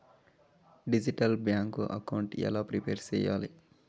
Digital bank account ఎలా prepare సెయ్యాలి?